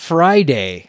Friday